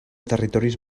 territoris